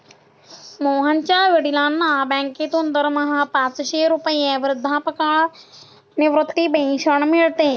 मोहनच्या वडिलांना बँकेतून दरमहा पाचशे रुपये वृद्धापकाळ निवृत्ती पेन्शन मिळते